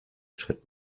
schritt